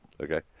okay